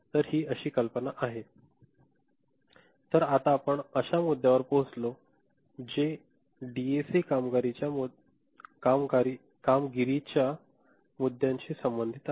तर हि कल्पना आहे तर आता आपण अश्या मुद्द्यावर पोचलो जे डी ए सी कामगिरीच्या मुद्द्यांशी संबंधित आहे